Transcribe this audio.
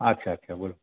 আচ্ছা আচ্ছা বলুন